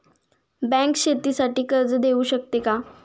Bank शेतीसाठी कर्ज देऊ शकते का?